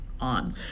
on